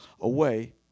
away